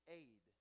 aid